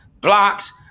blocks